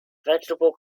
vegetable